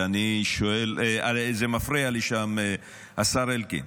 ואני שואל, זה מפריע לי שם, השר אלקין.